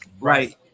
Right